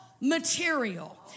material